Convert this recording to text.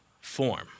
form